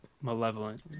malevolent